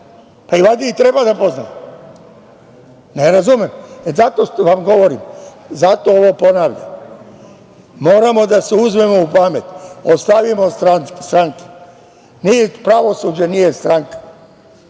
Valjda i treba da poznate. Ne razumem. Zato vam govorim. Zato ovo ponavljam – moramo da se uzmemo u pamet. Ostavimo stranke. Nije pravosuđe stranka.